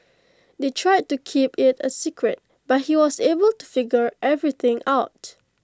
they tried to keep IT A secret but he was able to figure everything out